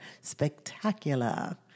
spectacular